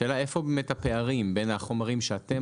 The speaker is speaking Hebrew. השאלה איפה באמת הפערים בין החומרים שאתם